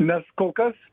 nes kol kas